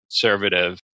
conservative